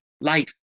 life